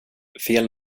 fel